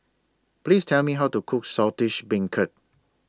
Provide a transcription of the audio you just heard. Please Tell Me How to Cook Saltish Beancurd